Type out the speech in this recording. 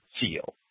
feel